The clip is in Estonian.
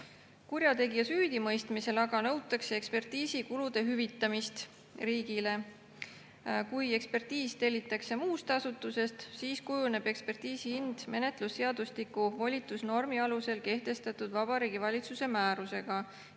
Kurjategija süüdimõistmisel aga nõutakse ekspertiisikulude hüvitamist riigile. Kui ekspertiis tellitakse muust asutusest, siis kujuneb ekspertiisi hind menetlusseadustiku volitusnormi alusel kehtestatud Vabariigi Valitsuse määrusega.